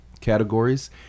categories